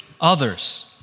others